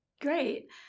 Great